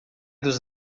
dos